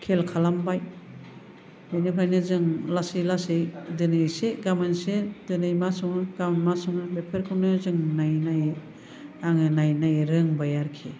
खेल खालामबाय बेनिफ्रायनो जों लासै लासै दिनै एसे गामोन एसे दोनै मा सङो गामोन मा सङो बेफोरखौनो जों नायै नायै आङो नायै नायै रोंबाय आरोखि